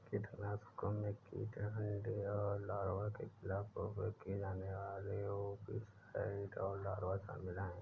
कीटनाशकों में कीट अंडे और लार्वा के खिलाफ उपयोग किए जाने वाले ओविसाइड और लार्वा शामिल हैं